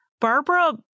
Barbara